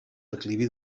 declivi